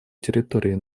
территории